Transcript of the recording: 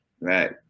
Right